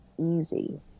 easy